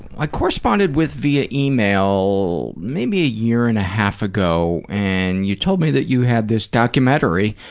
i corresponded with via email maybe a year and a half ago and you told me that you had this documentary